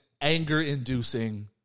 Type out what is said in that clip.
anger-inducing